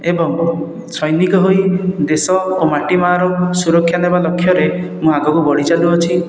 ଏବଂ ସୈନିକ ହୋଇ ଦେଶ ଓ ମାଟି ମା'ର ସୁରକ୍ଷା ନେବା ଲକ୍ଷ୍ୟରେ ମୁଁ ଆଗକୁ ବଢ଼ି ଚାଲୁଅଛି